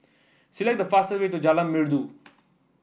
select the fast way to Jalan Merdu